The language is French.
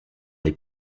les